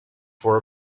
for